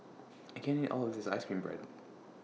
I can't eat All of This Ice Cream Bread